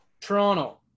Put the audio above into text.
Toronto